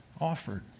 offered